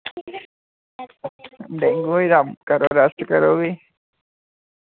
भी उऐ कम्म राखी करो भी